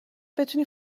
بتونی